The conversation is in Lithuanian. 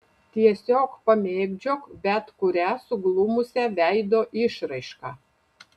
tiesiog pamėgdžiok bet kurią suglumusią veido išraišką